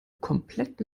komplett